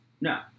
No